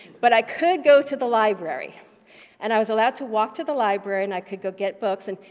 but i could go to the library and i was allowed to walk to the library and i could go get books and,